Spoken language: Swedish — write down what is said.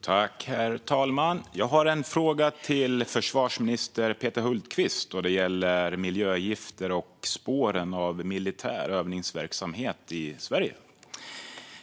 Herr talman! Jag har en fråga till försvarsminister Peter Hultqvist. Den gäller miljögifter och spåren av militär övningsverksamhet i Sverige.